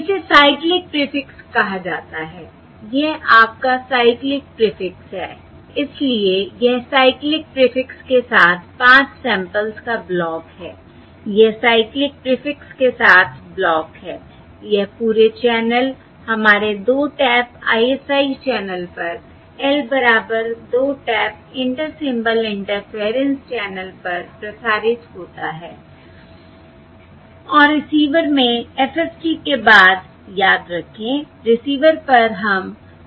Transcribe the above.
इसे cyclic prefix कहा जाता है यह आपका साइक्लिक प्रीफिक्स है इसलिए यह साइक्लिक प्रीफिक्स के साथ 5 सैंपल्स का ब्लॉक है यह साइक्लिक प्रीफिक्स के साथ ब्लॉक है यह पूरे चैनल हमारे 2 टैप ISI चैनल पर L बराबर 2 tap inter symbol interference channel पर प्रसारित होता है और रिसीवर में FFT के बाद याद रखें रिसीवर पर हम FFT प्रदर्शन करते हैं